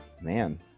Man